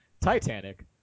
Titanic